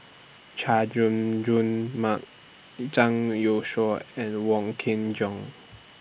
Chay Jung Jun Mark Zhang Youshuo and Wong Kin Jong